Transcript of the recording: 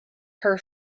her